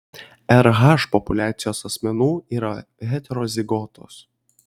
rh populiacijos asmenų yra heterozigotos